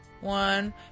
one